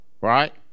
right